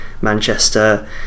Manchester